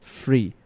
free